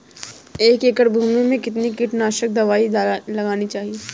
एक एकड़ भूमि में कितनी कीटनाशक दबाई लगानी चाहिए?